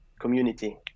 community